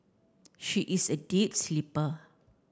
she is a deep sleeper